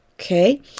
okay